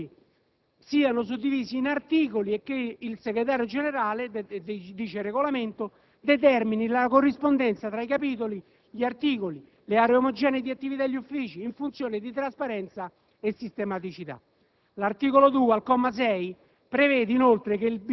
che prevede che, ai fini di gestione, i capitoli siano suddivisi in articoli e che il Segretario generale - dice il Regolamento - determini la corrispondenza tra i capitoli, gli articoli, le aree omogenee di attività e gli uffici, in funzione di trasparenza e sistematicità.